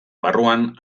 barruan